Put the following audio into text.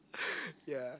yeah